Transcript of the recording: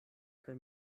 kaj